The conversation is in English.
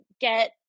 get